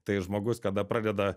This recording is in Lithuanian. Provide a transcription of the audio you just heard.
tai žmogus kada pradeda